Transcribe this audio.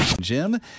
Jim